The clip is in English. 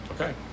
Okay